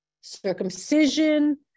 Circumcision